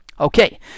Okay